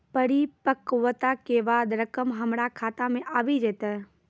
परिपक्वता के बाद रकम हमरा खाता मे आबी जेतै?